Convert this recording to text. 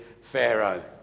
Pharaoh